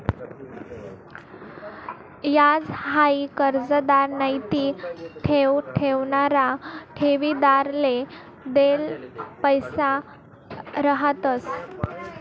याज हाई कर्जदार नैते ठेव ठेवणारा ठेवीदारले देल पैसा रहातंस